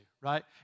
right